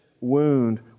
wound